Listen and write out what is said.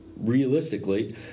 realistically